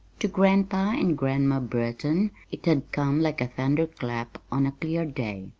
to grandpa and grandma burton it had come like a thunderclap on a clear day.